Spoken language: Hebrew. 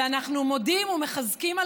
ואנחנו מודים על כך ומחזקים,